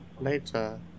later